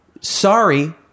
Sorry